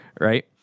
right